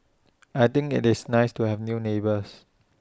I think IT is nice to have new neighbours